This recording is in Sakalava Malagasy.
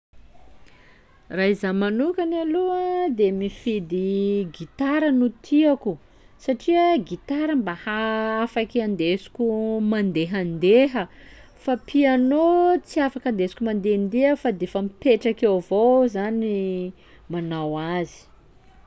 Raha izaho manokany aloha de mifidy gitara no tiako satria gitara mba ha- afaky andesiko mandehandeha fa piano tsy afaka andesiko mandehandeha fa de efa mipetraka eo avao aho zany manao azy.